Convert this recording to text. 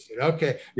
Okay